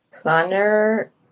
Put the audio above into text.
planner